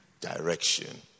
direction